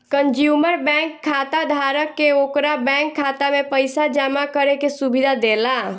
consumer bank खाताधारक के ओकरा बैंक खाता में पइसा जामा करे के सुविधा देला